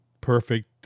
perfect